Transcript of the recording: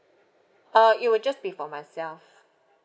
uh it would just be for myself